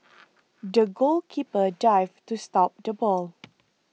the goalkeeper dived to stop the ball